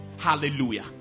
Hallelujah